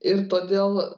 ir todėl